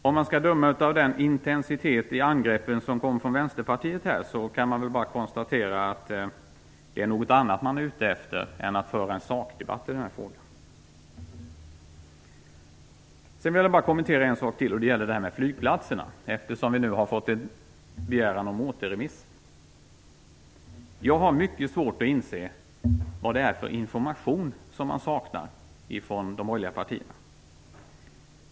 Om man skall döma av den intensitet i angreppen som kommer från Vänsterpartiet kan man bara konstatera att man är ute efter något annat än att föra en sakdebatt i frågan. Jag vill kommentera ytterligare en sak, nämligen flygplatserna. Vi har nu fått en begäran om återremiss. Jag har mycket svårt att inse vad det är för information som man saknar ifrån de borgerliga partierna.